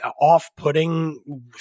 off-putting